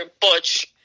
Butch